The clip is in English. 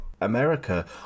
America